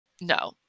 No